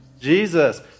Jesus